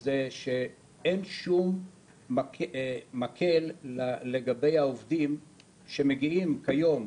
זה שאין שום מקל לגבי העובדים שמגיעים כיום